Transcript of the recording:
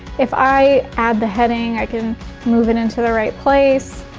if i add the heading i can move it into the right place.